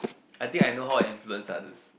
I think I know how I influence others